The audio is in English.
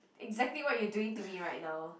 exactly what you doing to me right now